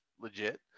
legit